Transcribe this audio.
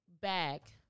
back